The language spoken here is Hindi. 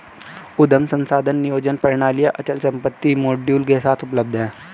उद्यम संसाधन नियोजन प्रणालियाँ अचल संपत्ति मॉड्यूल के साथ उपलब्ध हैं